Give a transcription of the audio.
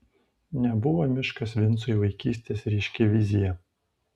nebuvo miškas vincui vaikystės ryški vizija